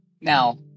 Now